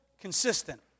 consistent